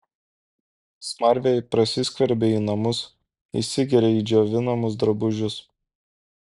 smarvė prasiskverbia į namus įsigeria į džiovinamus drabužius